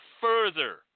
further